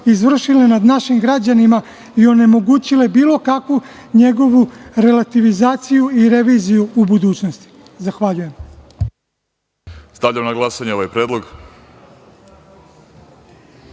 izvršile nad našim građanima i onemogućile bilo kakvu njegovu relativizaciju i reviziju u budućnosti. Zahvaljujem. **Vladimir Orlić** Stavljam na glasanje ovaj